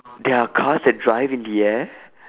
there are cars that drive in the air